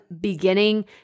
beginning